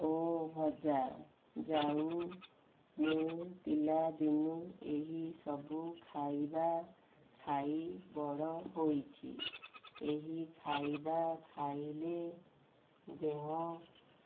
ଓ ଭଜା ଯାଉ ମୁଁ ପିଲାଦିନୁ ଏହିସବୁ ଖାଇବା ଖାଇ ବଡ଼ ହୋଇଛି ଏହି ଖାଇବା ଖାଇଲେ ଦେହ